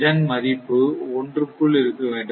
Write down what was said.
இதன் மதிப்பு 1 க்குள் இருக்க வேண்டும்